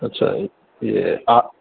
اچھا یہ آ